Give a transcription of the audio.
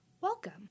welcome